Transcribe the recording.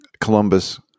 Columbus